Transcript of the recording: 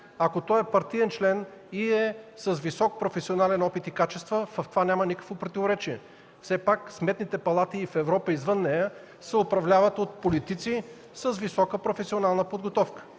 Ако той е партиен член и е с висок професионален опит и качества, в това няма никакво противоречие. Все пак сметните палати и в Европа, и извън нея се управляват от политици с висока професионална подготовка,